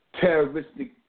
terroristic